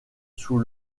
sous